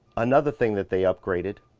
another thing that they upgraded,